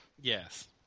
Yes